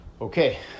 Okay